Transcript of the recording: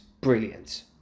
Brilliant